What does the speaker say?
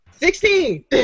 Sixteen